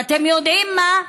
ואתם יודעים מה?